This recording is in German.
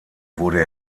wurde